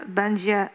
będzie